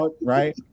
right